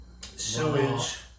Sewage